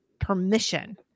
permission